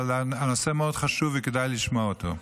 אבל הנושא מאוד חשוב וכדאי לשמוע אותו.